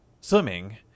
Swimming